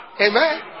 Amen